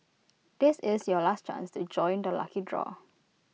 this is your last chance to join the lucky draw